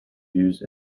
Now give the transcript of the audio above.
used